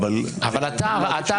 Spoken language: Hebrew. אבל אתה